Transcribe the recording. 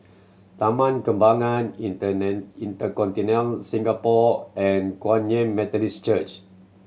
Taman Kembangan InterContinental Singapore and Kum Yan Methodist Church